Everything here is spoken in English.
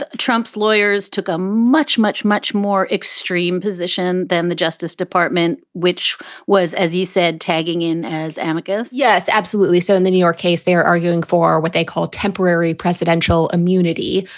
ah trump's lawyers took a much, much, much more extreme position than the justice department, which was, as he said, tagging in as amica yes, absolutely. so in the new york case, they are arguing for what they call temporary presidential immunity.